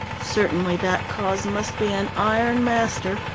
certainly that cause must be an iron master,